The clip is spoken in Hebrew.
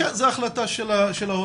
כן, זה החלטה של ההורים.